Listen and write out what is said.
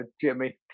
Jimmy